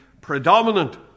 predominant